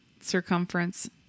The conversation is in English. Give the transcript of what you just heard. circumference